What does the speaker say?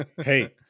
Hey